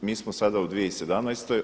Mi smo sada u 2017.